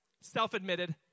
self-admitted